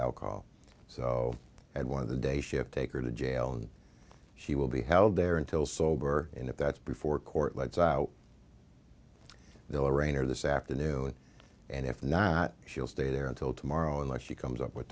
call so and one of the day shift take her to jail and she will be held there until sober and if that's before court lets out the rain or this afternoon and if not she'll stay there until tomorrow unless she comes up with